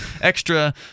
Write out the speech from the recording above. extra